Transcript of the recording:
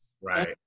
Right